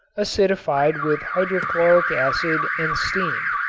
acidified with hydrochloric acid and steamed.